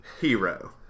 hero